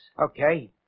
Okay